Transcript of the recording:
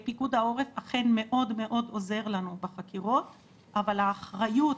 אכן מאוד עוזר לנו בחקירות אבל האחריות